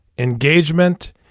engagement